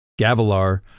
Gavilar